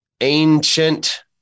ancient